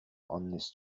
this